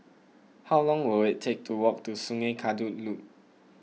how long will it take to walk to Sungei Kadut Loop